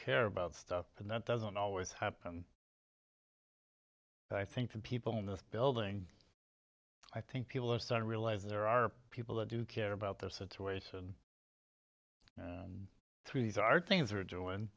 care about stuff and that doesn't always happen and i think people in this building i think people are certain realize there are people that do care about the situation through these are things that are doing